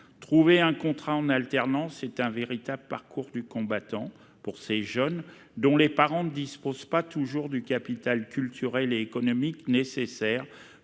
Trouver un contrat en alternance est un véritable parcours du combattant pour ces jeunes, dont les parents ne disposent pas toujours du capital culturel et économique nécessaire